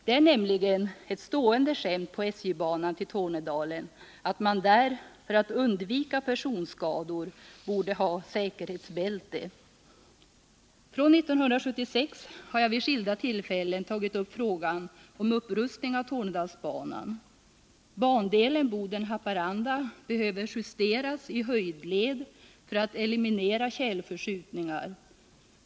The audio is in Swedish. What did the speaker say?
Det är nämligen ett stående skämt på SJ:banan i Tornedalen att man där — för att undvika personskador — borde ha säkerhetsbälte. Från 1976 har jag vid skilda tillfällen tagit upp frågan om upprustning av Tornedalsbanan. Bandelen Boden-Haparanda behöver justeras i höjdled för att eliminera tjälförskjutningar.